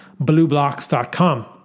blueblocks.com